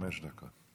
דקות.